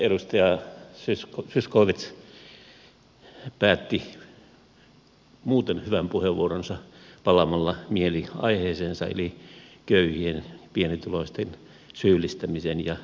edustaja zyskowicz päätti muuten hyvän puheenvuoronsa palaamalla mieliaiheeseensa eli köyhien ja pienituloisten syyllistämiseen ja sättimiseen